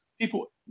people